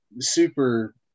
super